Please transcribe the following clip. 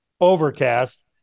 overcast